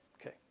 Okay